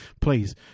please